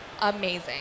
amazing